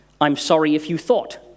I'm-sorry-if-you-thought